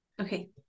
Okay